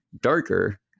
darker